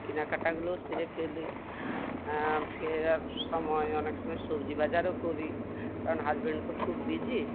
কেনাকাটাগুলোও সেরে ফেলি ফেরার সময় অনেক সময় সবজি বাজারও করি কারণ হাজব্যান্ড তো খুব বিজি